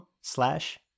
slash